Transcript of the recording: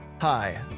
Hi